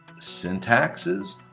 syntaxes